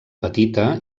petita